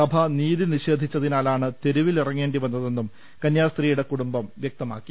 സഭ നീതി നിഷേധിച്ചതിലാണ് തെരുവിൽ ഇറങ്ങേണ്ടിവന്നതെന്നും കന്യാസ്ത്രീയുടെ കുടുംബം വ്യക്തമാക്കി